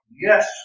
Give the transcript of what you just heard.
Yes